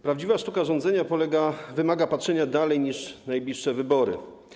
Prawdziwa sztuka rządzenia wymaga patrzenia dalej niż najbliższe wybory.